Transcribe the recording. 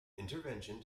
intervention